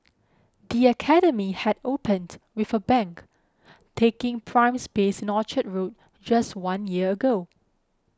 the academy had opened with a bang taking prime space in Orchard Road just one year ago